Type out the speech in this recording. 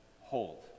hold